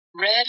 Red